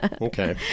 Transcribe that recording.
Okay